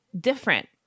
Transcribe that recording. different